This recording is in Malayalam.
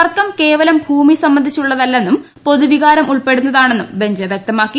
തർക്കം കേവലം ഭൂമി സംബന്ധിച്ചുള്ളതല്ലെന്നും പൊതുവികാരമുൾപ്പെടുന്നതാണെന്നും ബഞ്ച് വൃക്തമാക്കി